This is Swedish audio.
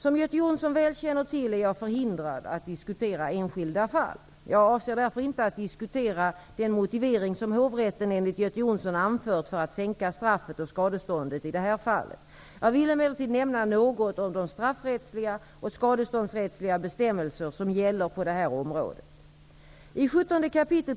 Som Göte Jonsson väl känner till är jag förhindrad att diskutera enskilda fall. Jag avser därför inte att diskutera den motivering som hovrätten enligt Göte Jonsson anfört för att sänka straffet och skadeståndet i det här fallet. Jag vill emellertid nämna något om de straffrättsliga och skadeståndsrättsliga bestämmelser som gäller på det här området.